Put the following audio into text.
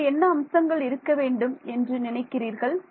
வேறு என்ன அம்சங்கள் இருக்க வேண்டும் என்று நினைக்கிறீர்கள்